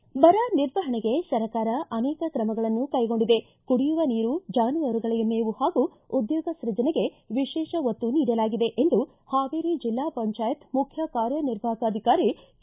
ಬರ ನಿರ್ವಹಣೆಗೆ ಸರ್ಕಾರ ಅನೇಕ ತ್ರಮಗಳನ್ನು ಕೈಗೊಂಡಿದೆ ಕುಡಿಯುವ ನೀರು ಜಾನುವಾರುಗಳಿಗೆ ಮೇವು ಹಾಗೂ ಉದ್ಯೋಗ ಸ್ಟಜನೆಗೆ ವಿಶೇಷ ಒತ್ತು ನೀಡಲಾಗಿದೆ ಎಂದು ಹಾವೇರಿ ಜಿಲ್ಲಾ ಪಂಚಾಯತ್ ಮುಖ್ಯ ಕಾರ್ಯ ನಿರ್ವಾಹಕ ಅಧಿಕಾರಿ ಕೆ